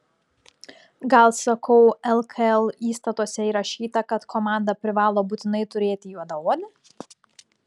gal sakau lkl įstatuose įrašyta kad komanda privalo būtinai turėti juodaodį